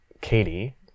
Katie